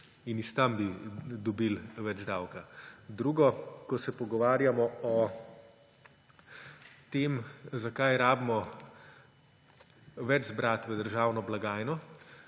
In od tam bi dobili več davka. Drugo. Ko se pogovarjamo o tem, zakaj moramo več zbrati v državno blagajno,